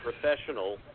professional